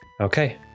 okay